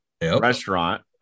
Restaurant